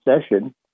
session